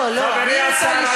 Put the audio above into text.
גזען